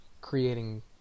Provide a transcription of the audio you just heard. creating